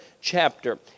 chapter